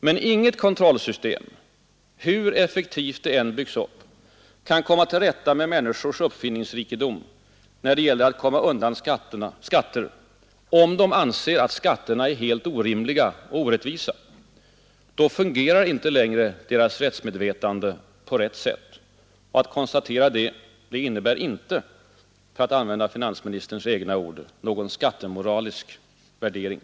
Men inget kontroll irkt samhällets resurser till system — hur effektivt det än byggs upp kan komma till rätta med människors uppfinningsrikedom när det gäller att komma undan skatter, om de anser att skatterna är helt orimliga och orättvisa. Då fungerar inte längre deras rättsmedvetande på rätt sätt. Att konstatera detta innebär inte — för att använda finansministerns egna ord — någon skattemoralisk värdering.